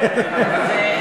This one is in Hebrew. זה,